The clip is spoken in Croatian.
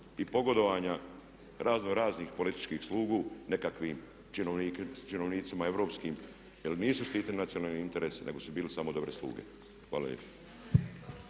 i pogodovanja razno raznih političkih slugu nekakvim činovnicima europskim jer nisu štićeni nacionalni interesi nego su samo bili dobre sluge. Hvala